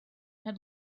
had